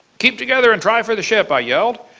keep together and try for the ship! i yelled.